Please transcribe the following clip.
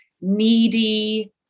needy